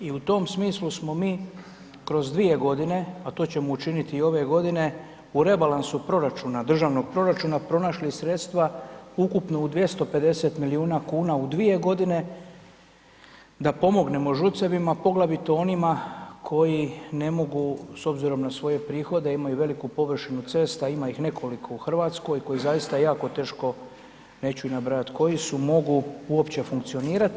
I u tom smislu smo mi kroz dvije godine, a to ćemo učiniti i ove godine u rebalansu proračuna, državnog proračuna pronašli sredstva ukupno u 250 milijuna kuna u dvije godine da pomognemo ŽUC-evima, poglavito onima koji ne mogu s obzirom na svoje prihode, a imaju veliku površinu cesta, ima ih nekoliko u Hrvatskoj koji zaista jako teško, neću ih nabrajati koji su, mogu uopće funkcionirati.